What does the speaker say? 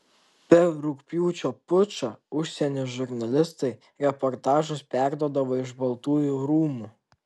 per rugpjūčio pučą užsienio žurnalistai reportažus perduodavo iš baltųjų rūmų